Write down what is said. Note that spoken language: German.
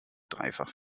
dreifach